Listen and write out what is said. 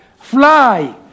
fly